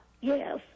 Yes